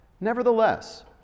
Nevertheless